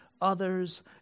others